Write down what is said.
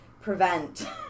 prevent